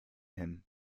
him